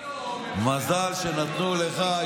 מזל שנתנו לך,